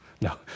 No